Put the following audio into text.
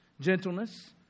gentleness